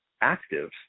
active